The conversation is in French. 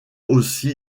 aussi